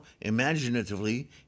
imaginatively